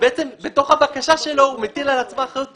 בעצם בתוך הבקשה שלו הוא מטיל על עצמו אחריות פלילית.